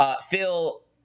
Phil